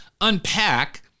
unpack